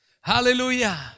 Hallelujah